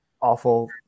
awful